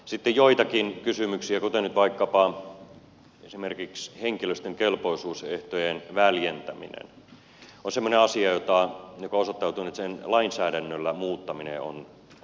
sitten jotkut kysymykset ovat semmoisia kuten nyt vaikkapa esimerkiksi henkilöstön kelpoisuusehtojen väljentäminen on semmoinen asia että osoittautui että sen muuttaminen lainsäädännöllä on erittäin vaikeata